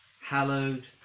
hallowed